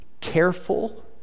Careful